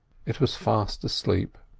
it was fast asleep.